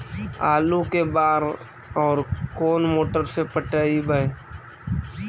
आलू के बार और कोन मोटर से पटइबै?